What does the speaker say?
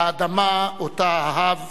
באדמה שאותה אהב